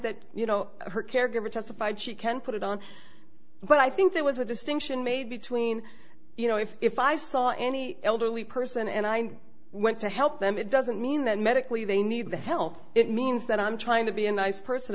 that you know her caregiver testified she can put it on but i think there was a distinction made between you know if if i saw any elderly person and i went to help them it doesn't mean that medically they need the help it means that i'm trying to be a nice person